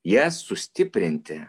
jas sustiprinti